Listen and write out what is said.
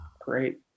great